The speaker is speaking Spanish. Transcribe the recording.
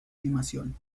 animación